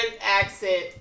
accent